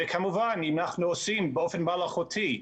כמובן שאם אנחנו עושים, באופן מלאכותי,